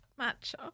Matcha